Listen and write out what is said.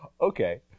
Okay